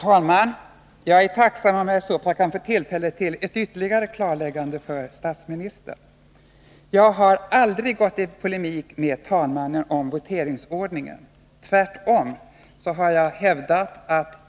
Herr talman! Jag är tacksam om jag kan få ett tillfälle till ett ytterligare klarläggande för statsministern. Jag har aldrig gått i polemik med talmannen om voteringsordningen. Tvärtom har jag hävdat att